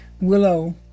Willow